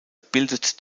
bildet